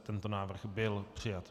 Tento návrh byl přijat.